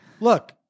Look